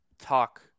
talk